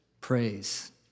praise